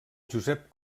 josep